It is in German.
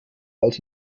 als